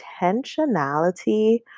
intentionality